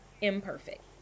imperfect